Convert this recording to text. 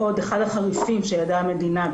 אחד החריפים שידעה המדינה,